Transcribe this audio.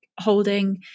holding